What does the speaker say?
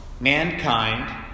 Mankind